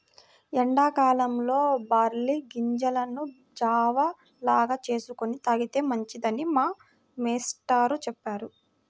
ఎండా కాలంలో బార్లీ గింజలను జావ లాగా చేసుకొని తాగితే మంచిదని మా మేష్టారు చెప్పారు